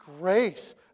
grace